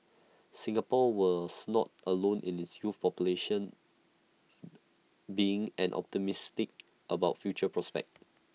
Singapore was not alone in its youth population being and optimistic about future prospect